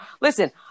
Listen